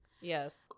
Yes